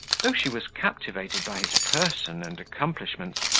though she was captivated by his person and accomplishments,